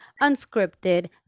unscripted